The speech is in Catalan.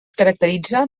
caracteritza